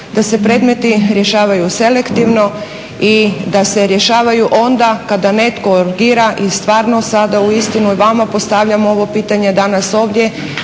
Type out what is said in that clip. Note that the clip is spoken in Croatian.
da se predmeti rješavaju selektivno i da se rješavaju onda kada netko urgira i stvarno sada u istinu i vama postavljam ovo pitanje danas ovdje